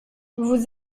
vous